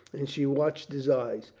and she watched his eyes.